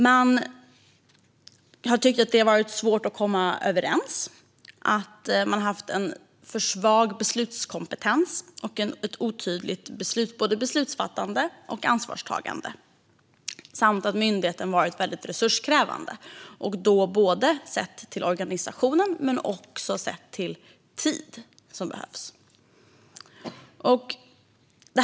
Man har tyckt att det har varit svårt att komma överens, att man har haft en alltför svag beslutskompetens samt ett otydligt beslutsfattande och ansvarstagande. Myndigheten har också varit väldigt resurskrävande sett till både organisationen och den tid som behövs.